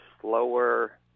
slower